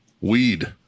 weed